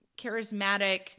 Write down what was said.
charismatic